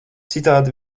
citādi